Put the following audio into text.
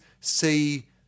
See